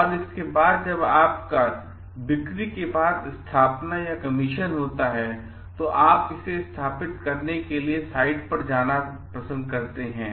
और इसके बाद जब यह आपकी बिक्री के बाद स्थापना या कमीशन होता है आपको इसे स्थापित करने के लिए साइट पर जाना होगा